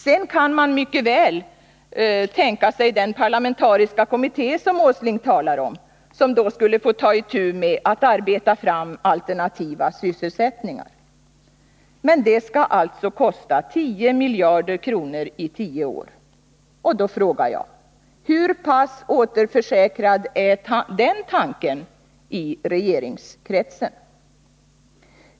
Sedan kan mycket väl den parlamentariska kommitté som Nils Åsling talar om få ta itu med att arbeta fram alternativa sysselsättningar. Men det skall alltså kosta 10 miljarder kronor under tio år. Och då frågar jag: Hur pass återförsäkrad är den tanken i regeringskretsen?